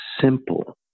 simple